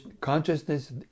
Consciousness